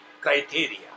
criteria